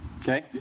Okay